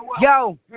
Yo